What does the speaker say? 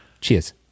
Cheers